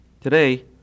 Today